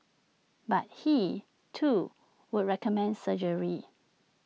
but he too would recommend surgery